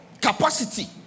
Capacity